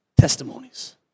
testimonies